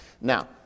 Now